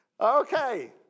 Okay